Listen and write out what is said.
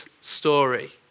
story